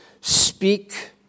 speak